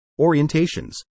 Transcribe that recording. orientations